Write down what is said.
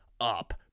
up